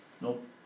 Nope